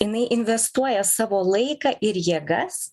jinai investuoja savo laiką ir jėgas